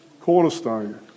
Cornerstone